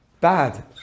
bad